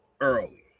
early